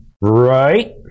Right